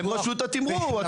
הם רשות התמרור.